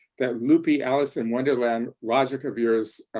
that loopy alice in wonderland logic of yours,